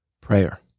prayer